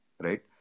right